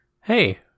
hey